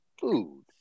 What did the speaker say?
food